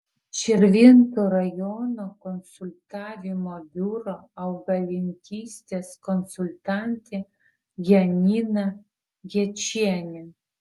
širvintų rajono konsultavimo biuro augalininkystės konsultantė janina gečienė